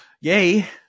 yay